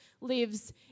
lives